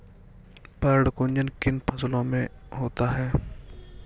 पर्ण कुंचन किन फसलों में होता है?